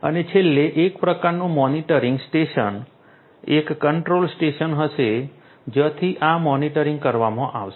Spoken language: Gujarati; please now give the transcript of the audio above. અને છેલ્લે એક પ્રકારનું મોનિટરિંગ સ્ટેશન એક કંટ્રોલ સ્ટેશન હશે જ્યાંથી આ મોનિટરિંગ કરવામાં આવશે